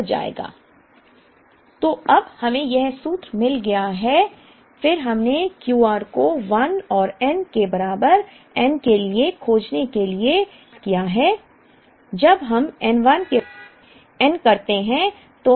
तो अब हमें यह सूत्र मिल गया है और फिर हमने Q R को 1 और n के बराबर n के लिए खोजने के लिए का संदर्भ लें का प्रयास किया है